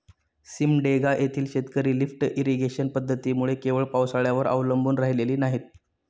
सिमडेगा येथील शेतकरी lift irrigation पद्धतीमुळे केवळ पावसाळ्यावर अवलंबून राहिलेली नाहीत